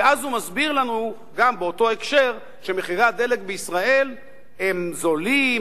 ואז הוא מסביר לנו גם באותו הקשר שמחירי הדלק בישראל הם זולים,